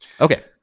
okay